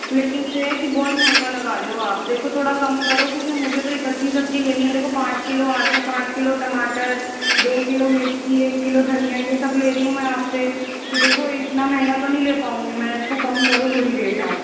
लेकिन यह है की बहुत महंगा लगा रहे हो आप देखो थोड़ा कम करो क्योंकि मुझे तो इकट्ठी सब्ज़ी लेनी है देखो पाँच किलो आलू पाँच किलो टमाटर दो किलो मिर्ची एक किलो धनिया यह सब ले रही हूँ मैं आप से तो देखो इतना महंगा तो नहीं ले पाऊँगी इसको कम करो थोड़ी रेट आप